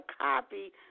copy